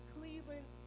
Cleveland